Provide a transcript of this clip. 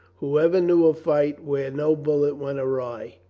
whoever knew a fight where no bullet went awry?